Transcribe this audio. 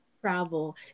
travel